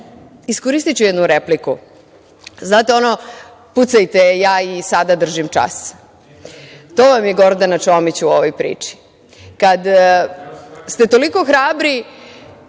samouprave. Iskoristiću jednu repliku. Znate ono – pucajte, ja i sada držim čas. To vam je Gordana Čomić u ovoj priči. Kada ste toliko hrabri